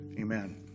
Amen